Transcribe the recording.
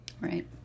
Right